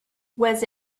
was